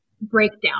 breakdown